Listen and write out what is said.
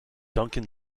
duncan